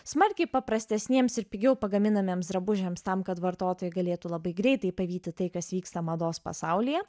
smarkiai paprastesniems ir pigiau pagaminamiems drabužiams tam kad vartotojai galėtų labai greitai pavyti tai kas vyksta mados pasaulyje